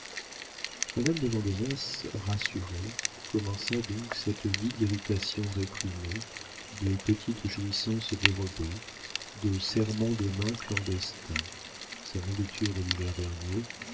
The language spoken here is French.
madame de vandenesse rassurée commença donc cette vie d'irritations réprimées de petites jouissances dérobées de serrements de main clandestins sa nourriture de l'hiver dernier